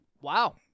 Wow